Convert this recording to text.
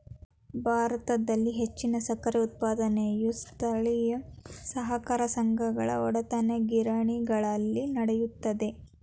ಭಾರತದಲ್ಲಿ ಹೆಚ್ಚಿನ ಸಕ್ಕರೆ ಉತ್ಪಾದನೆಯು ಸ್ಥಳೇಯ ಸಹಕಾರ ಸಂಘಗಳ ಒಡೆತನದಗಿರಣಿಗಳಲ್ಲಿ ನಡೆಯುತ್ತದೆ